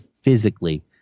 physically